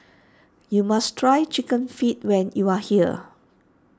you must try Chicken Feet when you are here